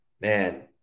man